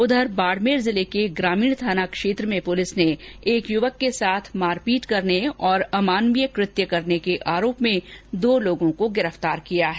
उधर बाड़मेर जिले के ग्रामीण थाना क्षेत्र में पुलिस ने एक युवक के साथ मारपीट करने तथा अमानवीय कृत्य के आरोप में दो लोगों को गिरफ्तार किया है